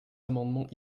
amendements